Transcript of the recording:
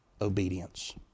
obedience